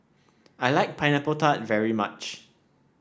I like Pineapple Tart very much